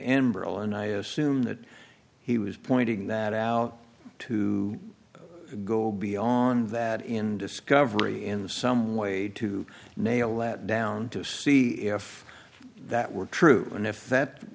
embroil and i assume that he was pointing that out to go beyond that in discovery in some way to nail that down to see if that were true and if that